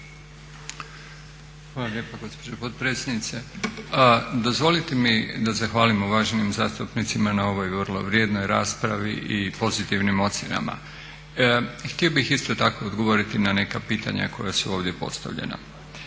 Hvala lijepa gospođo potpredsjednice. Dozvolite mi da zahvalim uvaženim zastupnicima na ovoj vrlo vrijednoj raspravi i pozitivnim ocjenama. Htio bi isto tako odgovoriti na neka pitanja koja su ovdje postavljena.